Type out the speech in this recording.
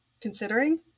considering